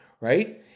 right